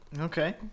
Okay